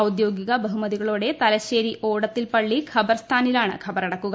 ഔദോഗിക ബഹുമതികളോടെ തലശ്ശേരി ഓടത്തിൽ പള്ളി ഖബർസ്ഥാനിലാണ് ഖബറടക്കുക